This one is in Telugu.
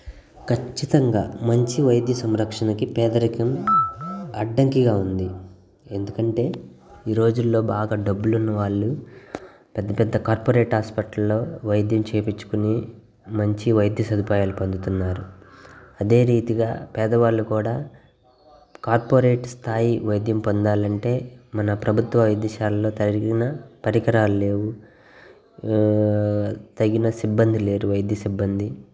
ఖచ్చితంగా మంచి వైద్య సంరక్షణకి పేదరికం అడ్డంకిగా ఉంది ఎందుకంటే ఈ రోజుల్లో బాగా డబ్బులు ఉన్నవాళ్ళు పెద్ద పెద్ద కార్పొరేట్ హాస్పిటల్లో వైద్యం చేయంచుకోని మంచి వైద్య సదుపాయాలు పొందుతున్నారు అదే రీతిగా పేదవాళ్ళు కూడా కార్పొరేట్ స్థాయి వైద్యం పొందాలంటే మన ప్రభుత్వ వైద్యశాలలో తగిన పరికరాలు లేవు తగిన సిబ్బంది లేరు వైద్య సిబ్బంది